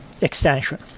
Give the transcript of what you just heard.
extension